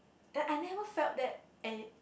that I never felt that eh